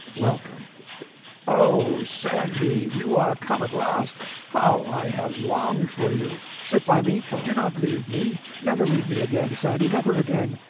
welcome oh, sandy, you are come at last how i have longed for you! sit by me do not leave me never leave me again, sandy, never again.